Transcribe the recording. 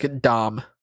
Dom